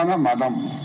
madam